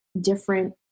different